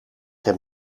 hem